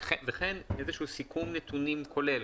וכן איזשהו סיכום נתונים כולל.